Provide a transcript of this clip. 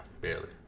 Barely